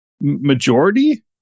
Majority